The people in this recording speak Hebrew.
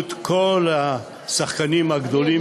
ובנוכחות כל השחקנים הגדולים,